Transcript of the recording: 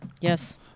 Yes